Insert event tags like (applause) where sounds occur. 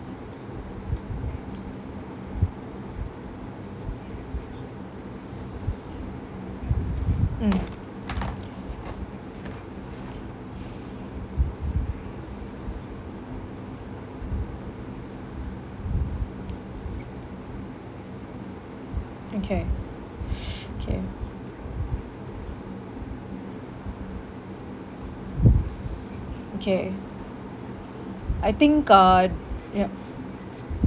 mm (noise) okay (noise) K okay I think uh yup